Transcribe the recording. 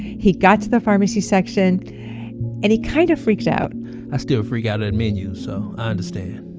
he got to the pharmacy section and he kind of freaked out i still freak out at menus. so i understand.